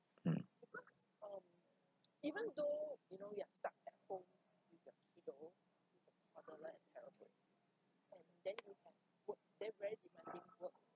mm